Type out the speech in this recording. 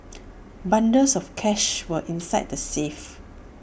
bundles of cash were inside the safe